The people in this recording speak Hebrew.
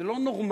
זה לא נורמלי,